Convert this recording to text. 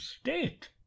state